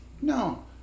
No